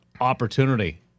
opportunity